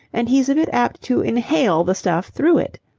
and he's a bit apt to inhale the stuff through it.